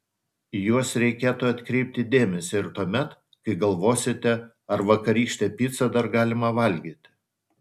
į juos reikėtų atkreipti dėmesį ir tuomet kai galvosite ar vakarykštę picą dar galima valgyti